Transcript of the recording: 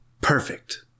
Perfect